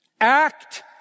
act